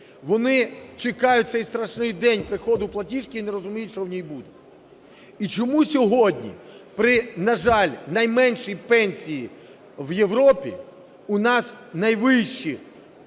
Вони чекають цей страшний день приходу платіжки і не розуміють, що в ній буде. І чому сьогодні при, на жаль, найменшій пенсії в Європі, в нас найвищі